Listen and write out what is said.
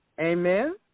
Amen